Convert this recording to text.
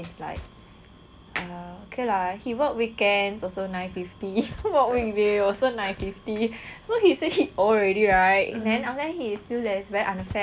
err okay lah he work weekends also nine fifty work weekday also nine fifty so he said he old already right then after then he feel that it's very unfair lah